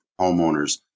homeowners